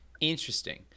Interesting